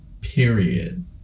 Period